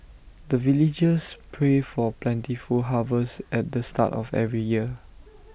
the villagers pray for plentiful harvest at the start of every year